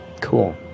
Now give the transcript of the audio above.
Cool